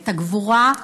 את הגבורה,